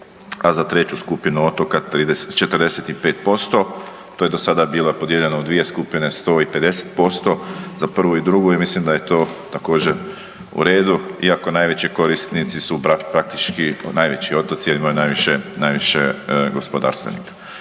a za treću skupinu otoka 45%. To je do sada bilo podijeljeno u dvije skupine 100 i 50% za prvu i drugu i mislim da je to također u redu, iako najveći korisnici su praktički najveći otoci jer ima najviše gospodarstvenika.